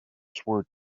sword